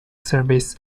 service